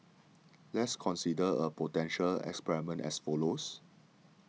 let's consider a potential experiment as follows